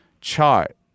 chart